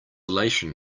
elation